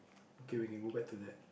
okay we can go back to that